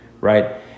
right